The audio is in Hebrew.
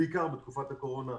בעיקר בתקופת הקורונה,